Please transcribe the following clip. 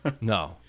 No